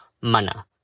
mana